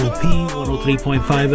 103.5